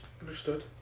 Understood